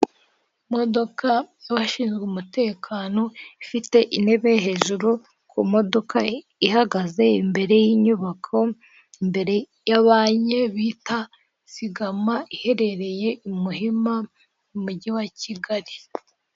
Imodoka y'abashinzwe umutekano, ifite intebe hejuru ku modoka ihagaze imbere y'inyubako, imbere ya banki yitwa Zigama iherereye ku Muhima mu mujyi wa kigali.